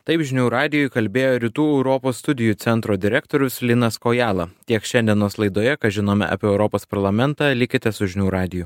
taip žinių radijui kalbėjo rytų europos studijų centro direktorius linas kojala tiek šiandienos laidoje ką žinome apie europos parlamentą likite su žinių radiju